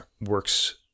works